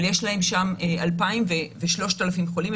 אבל יש להם שם 2,000 ו-3,000 חולים.